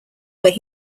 where